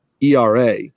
ERA